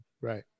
Right